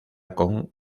con